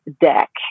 deck